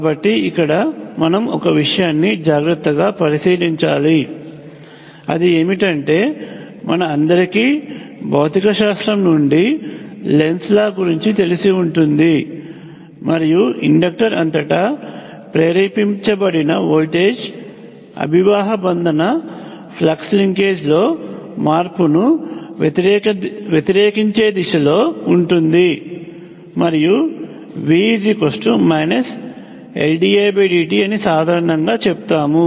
కాబట్టి ఇక్కడ మనం ఒక విషయాన్ని జాగ్రత్తగా పరిశీలించాలి అది ఏమిటంటే మన అందరికీ భౌతికశాస్త్రం నుండి లెన్స్ లా గురించి తెలిసి ఉంటుంది మరియు ఇండక్టర్ అంతటా ప్రేరేపించబడిన వోల్టేజ్ అభివాహ బంధన ఫ్లక్స్ లింకేజ్ లో మార్పును వ్యతిరేకించే దిశలో ఉంటుంది మరియు V Ldidt అని సాధారణంగా చెప్తాము